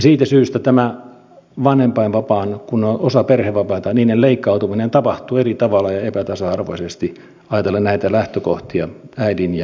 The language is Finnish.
siitä syystä tämä vanhempainvapaan kun se on osa perhevapaita leikkautuminen tapahtuu eri tavalla ja epätasa arvoisesti ajatellen näitä lähtökohtia äidin ja isän kohdalla